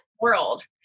world